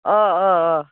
آ آ آ